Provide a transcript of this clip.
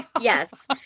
Yes